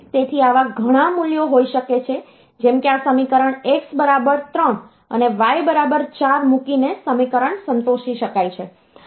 તેથી આવા ઘણા મૂલ્યો હોઈ શકે છે જેમ કે આ સમીકરણ x બરાબર 3 અને y બરાબર 4 મૂકીને સમીકરણ સંતોષી શકાય છે